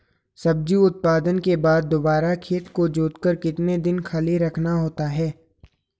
सब्जी उत्पादन के बाद दोबारा खेत को जोतकर कितने दिन खाली रखना होता है?